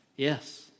Yes